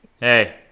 Hey